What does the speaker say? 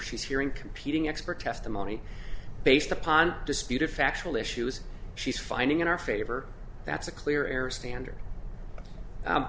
she's hearing competing expert testimony based upon disputed factual issues she's finding in our favor that's a clear error standard